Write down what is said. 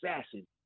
assassin